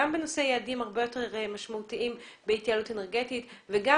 גם בנושא יעדים הרבה יותר משמעותיים בהתייעלות אנרגטית וגם